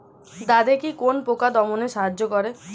দাদেকি কোন পোকা দমনে সাহায্য করে?